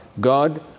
God